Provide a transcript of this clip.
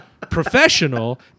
professional